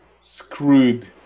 screwed